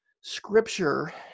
scripture